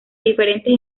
diferentes